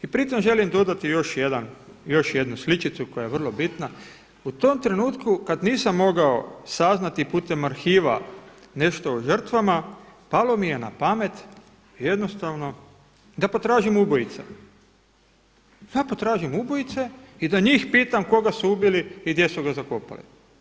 I pri tom želim dodati još jednu sličicu koja je vrlo bitna, u tom trenutku kada nisam mogao saznati putem arhiva nešto o žrtvama, palo mi je na pamet jednostavno da potražim ubojice, da potražim ubojice i da njih pitam koga su ubili i gdje su ga zakopali.